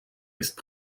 ist